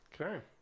okay